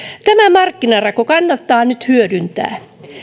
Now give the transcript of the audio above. tämä markkinarako kannattaa nyt hyödyntää